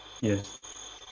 Yes